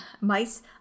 mice